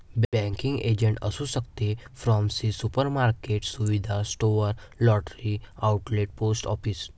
banking agent असू शकते pharmacy supermarket सुविधा store lottery outlet post office